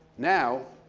now,